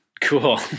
Cool